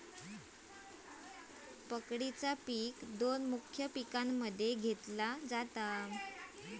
पकडीचा पिक दोन मुख्य पिकांमध्ये घेतला जाता